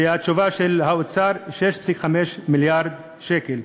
והתשובה של האוצר, 6.5 מיליארד שקל.